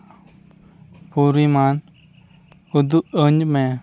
ᱯᱚᱨᱤᱢᱟᱱ ᱩᱫᱩᱜᱼᱟᱹᱧ ᱢᱮ